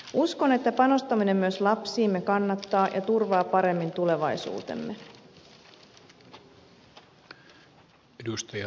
uskon että panostaminen myös lapsiimme kannattaa ja turvaa paremmin tulevaisuutemme